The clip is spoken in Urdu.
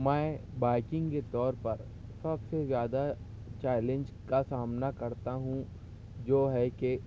میں بائیکنگ کے طور پر سب سے زیادہ چیلنج کا سامنا کرتا ہوں جو ہے کہ